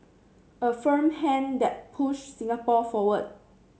a firm hand that pushed Singapore forward